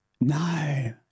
No